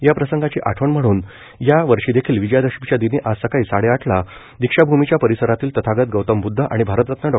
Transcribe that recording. या प्रसंगाची आठवण म्हणून या वर्षीदेखील विजयादशमीच्या दिनी आज सकाळी साडेआठला दीक्षाभूमीच्या परिसरातील तथागत गौतम बुद्ध आणि भारतरत्न डॉ